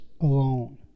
alone